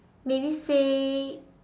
maybe say